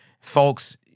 Folks